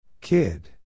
Kid